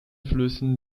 flüssen